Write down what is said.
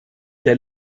der